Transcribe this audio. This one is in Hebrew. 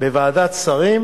בוועדת שרים